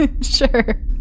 sure